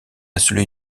celui